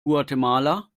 guatemala